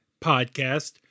podcast